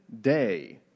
day